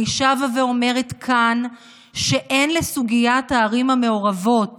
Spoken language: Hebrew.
אני שבה ואומרת כאן שאין לסוגיית הערים המעורבות